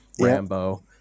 Rambo